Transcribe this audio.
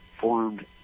formed